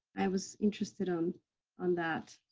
i was interested on on that.